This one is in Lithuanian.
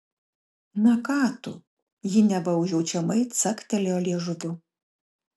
na ką tu ji neva užjaučiamai caktelėjo liežuviu